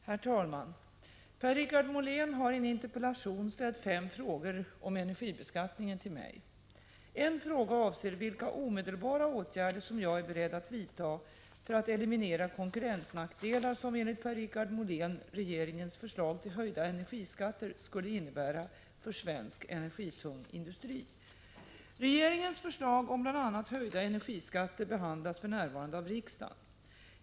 Herr talman! Per-Richard Molén har i en interpellation ställt fem frågor om energibeskattningen till mig. En fråga avser vilka omedelbara åtgärder som jag är beredd att vidta för att eliminera de konkurrensnackdelar som, enligt Per-Richard Molén, regeringens förslag till höjda energiskatter skulle innebära för svensk energitung industri. Regeringens förslag om bl.a. höjda energiskatter behandlas för närvarande av riksdagen.